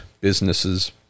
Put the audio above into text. businesses